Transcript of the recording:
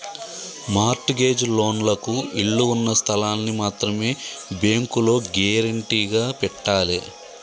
mart gauge లోన్లకు ఇళ్ళు ఉన్న స్థలాల్ని మాత్రమే బ్యేంకులో గ్యేరంటీగా పెట్టాలే